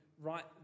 right